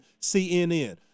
CNN